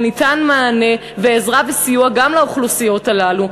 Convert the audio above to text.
וניתנים מענה ועזרה וסיוע גם לאוכלוסיות האלה,